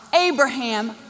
Abraham